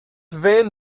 van